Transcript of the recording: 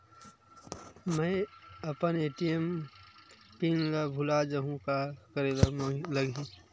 मैं अपन ATM pin भुला जहु का करे ला लगही?